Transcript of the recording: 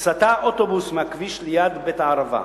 "סטה אוטובוס מהכביש ליד בית-הערבה.